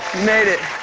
made it.